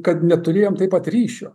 kad neturėjom taip pat ryšio